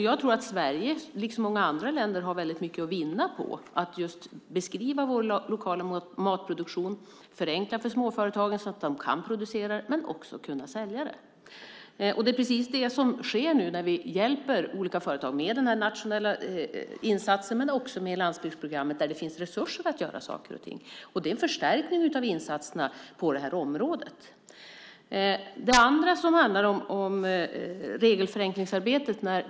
Jag tror att Sverige, liksom många andra länder, har väldigt mycket att vinna på att beskriva vår lokala matproduktion, förenkla för småföretagen så att de kan producera den och även kan sälja den. Det är precis det som sker nu när vi hjälper olika företag med den här nationella insatsen men också med landsbygdsprogrammet där det finns resurser för att göra saker. Det är en förstärkning av insatserna på det här området. Dessutom handlar det om regelförenklingsarbetet.